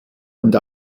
und